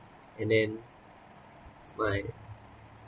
and then my